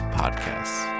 podcasts